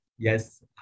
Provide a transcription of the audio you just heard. Yes